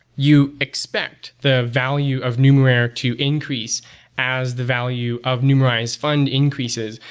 you expect the value of numerair to increase as the value of numerai's fund increases,